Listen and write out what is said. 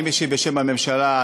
אני משיב בשם הממשלה,